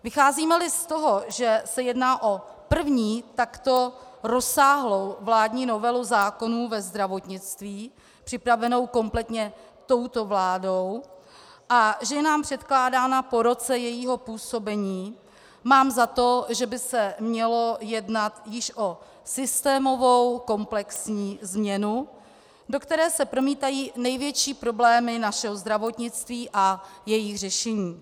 Vycházímeli z toho, že se jedná o první takto rozsáhlou vládní novelu zákonů ve zdravotnictví připravenou kompletně touto vládou a že je nám předkládána po roce jejího působení, mám za to, že by se mělo jednat již o systémovou komplexní změnu, do které se promítají největší problémy našeho zdravotnictví a jejich řešení.